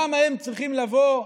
למה הם צריכים לבוא,